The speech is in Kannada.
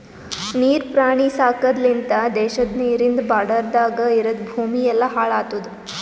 ನೀರ್ ಪ್ರಾಣಿ ಸಾಕದ್ ಲಿಂತ್ ದೇಶದ ನೀರಿಂದ್ ಬಾರ್ಡರದಾಗ್ ಇರದ್ ಭೂಮಿ ಎಲ್ಲಾ ಹಾಳ್ ಆತುದ್